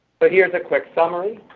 but here is a quick summary.